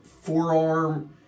forearm